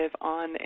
on